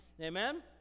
Amen